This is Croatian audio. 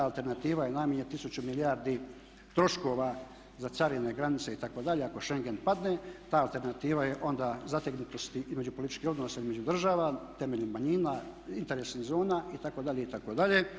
Ta alternativa je najmanje tisuću milijardi troškova za carine, granice itd. ako Shengen padne, ta alternativa je onda zategnutosti između političkih odnosa između država temeljem manjina, interesnih zona itd. itd.